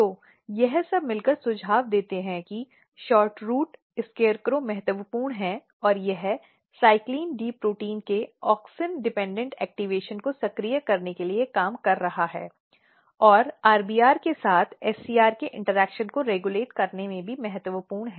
तो यह सब मिलकर सुझाव देते हैं कि SHORTROOT SCARECROW महत्वपूर्ण है और यह CYCLIN D प्रोटीन के auxin निर्भर सक्रियण को सक्रिय करने के लिए काम कर रहा है और RBR के साथ SCR के इंटरेक्शन को रेगुलेट करने में भी महत्वपूर्ण है